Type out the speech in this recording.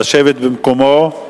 לשבת במקומו.